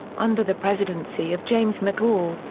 under the presidency of james mcgaul,